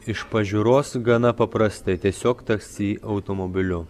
iš pažiūros gana paprastai tiesiog taksi automobiliu